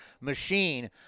machine